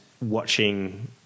watching